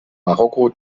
marokko